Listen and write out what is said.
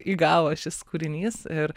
įgavo šis kūrinys ir